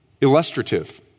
illustrative